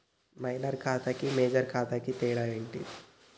Minor ఖాతా కి major ఖాతా కి తేడా ఏంటి?